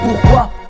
pourquoi